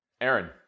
Aaron